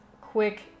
quick